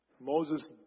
Moses